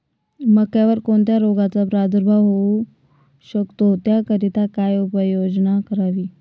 मक्यावर कोणत्या रोगाचा प्रादुर्भाव होऊ शकतो? त्याकरिता काय उपाययोजना करावी?